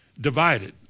divided